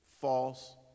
false